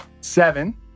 seven